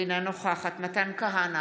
אינה נוכחת מתן כהנא,